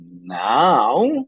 now